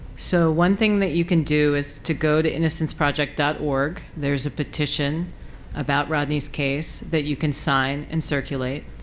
so one thing that you can do is to go to innocenceproject org. there is a petition about rodney's case that you can sign and circulate.